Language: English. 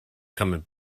coming